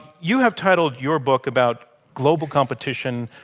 you have titled your book about global competition,